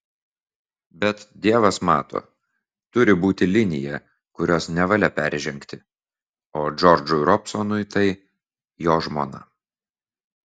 bet dievas mato turi būti linija kurios nevalia peržengti o džordžui robsonui tai jo žmona